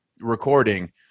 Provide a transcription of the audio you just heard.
recording